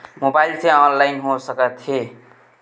Mobile से online हो सकत हे?